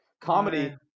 comedy